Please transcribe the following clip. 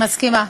מסכימה.